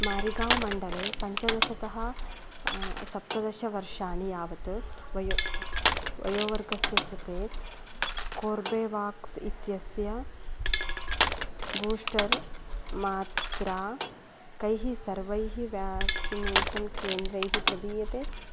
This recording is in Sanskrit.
मरिगाँव् मण्डले पञ्चदशतः सप्तदशवर्षाणि यावत् वयोवर्गस्य कृते कोर्बेवाक्स् इत्यस्य बूष्टर् मात्रा कैः सर्वैः व्याक्सिनेषन् केन्द्रैः प्रदीयते